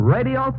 Radio